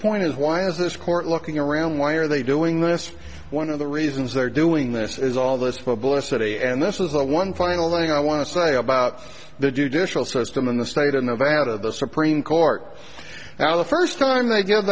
point is why is this court looking around why are they doing this one of the reasons they're doing this is all this publicity and this is the one final thing i want to say about the judicial system in the state of nevada the supreme court now the first time they g